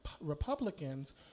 Republicans